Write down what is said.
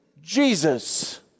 Jesus